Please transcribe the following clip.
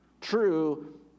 True